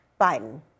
Biden